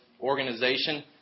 organization